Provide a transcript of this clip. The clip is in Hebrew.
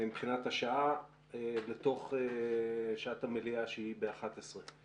מבחינת השעה לתוך שעת המליאה שהיא ב-11.